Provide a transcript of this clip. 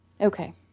Okay